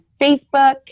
Facebook